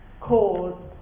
cause